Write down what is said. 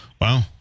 Wow